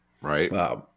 right